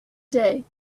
day